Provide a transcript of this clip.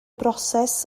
broses